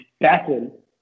battle